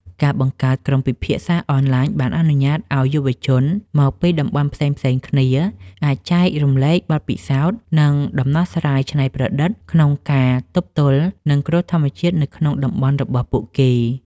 ការបង្កើតក្រុមពិភាក្សាអនឡាញ បានអនុញ្ញាតឱ្យយុវជនមកពីតំបន់ផ្សេងៗគ្នាអាចចែករំលែកបទពិសោធន៍ និងដំណោះស្រាយច្នៃប្រឌិតក្នុងការទប់ទល់នឹងគ្រោះធម្មជាតិនៅក្នុងតំបន់របស់ពួកគេ។